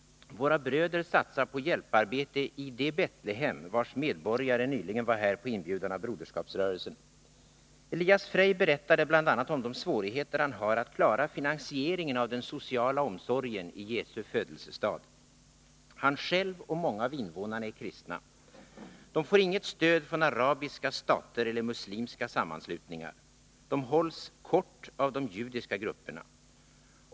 Våra bröder satsar på hjälparbete i det Betlehem vars borgmästare nyligen var här på inbjudan av Broderskapsrörelsen. Elias Freij berättade bl.a. om de svårigheter han har att klara finansieringen av den sociala omsorgen i Jesu födelsestad. Han själv och många av invånarna är kristna. De får inget stöd från arabiska stater eller muslimska sammanslutningar, och de hålls kort av de judiska grupperna.